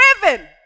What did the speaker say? driven